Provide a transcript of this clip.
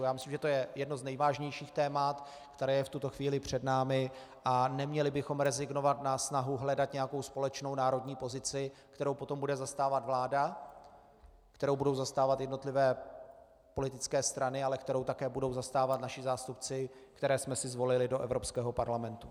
Myslím, že to je jedno z nejvážnějších témat, které je v tuto chvíli před námi, a neměli bychom rezignovat na snahu hledat nějakou společnou národní pozici, kterou potom bude zastávat vláda, kterou budou zastávat jednotlivé politické strany, ale kterou také budou zastávat naši zástupci, které jsme si zvolili do Evropského parlamentu.